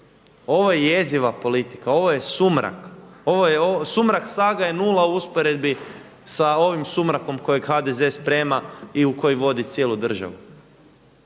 Ovo je jeziva politika, ovo je sumrak. Sumrak saga je nula u usporedbi sa ovim sumrakom kojeg HDZ sprema i u koji vodi cijelu državu.